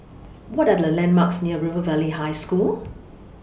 What Are The landmarks near River Valley High School